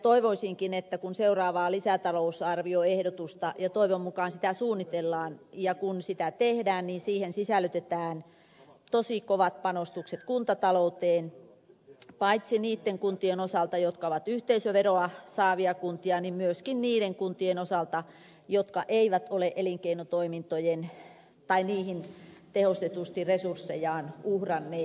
toivoisinkin että kun seuraavaa lisätalousarvioehdotusta ja toivon mukaan sitä suunnitellaan tehdään niin siihen sisällytetään tosi kovat panostukset kuntatalouteen paitsi niitten kuntien osalta jotka ovat yhteisöveroa saavia kuntia niin myöskin niiden kuntien osalta jotka eivät ole elinkeinotoimintoihin tehostetusti resurssejaan uhranneet